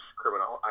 criminal